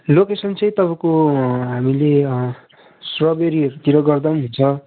location चाहिँ तपाईँको हामीले स्वबेरीहरूतिर गर्दा पनि हुन्छ